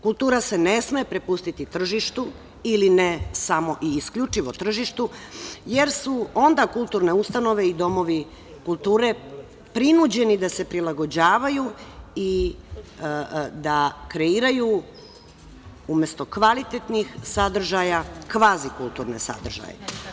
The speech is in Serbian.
Kultura se ne sme prepustiti tržištu ili ne samo i isključivo tržištu, jer su onda kulturne ustanove i domovi kulture prinuđeni da se prilagođavaju i da kreiraju umesto kvalitetnih sadržaja kvazi kulturne sadržaje.